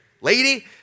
lady